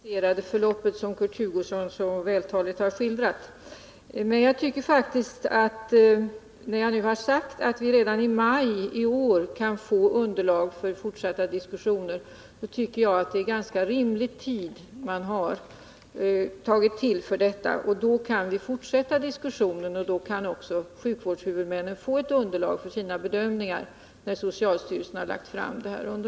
Herr talman! Jag är helt medveten om det komplicerade förlopp som Kurt Hugosson så vältaligt har skildrat. Jag har dock sagt att det redan i maj i år” kommer att läggas fram ett underlag för fortsatta diskussioner, och jag tycker att det är ganska rimligt att avvakta detta. När socialstyrelsen framlagt detta material kommer sjukvårdshuvudmännen också att ha ett underlag för sina bedömningar på detta område.